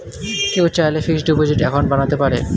কেউ চাইলে fixed deposit account বানাতে পারেন